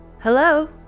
Hello